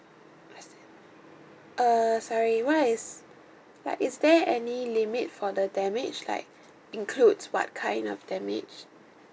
err sorry what is like is there any limit for the damage like includes what kind of damage